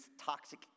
toxic